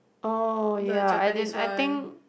oh ya I didn't I think